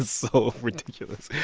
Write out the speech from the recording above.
so ridiculous.